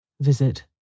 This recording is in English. Visit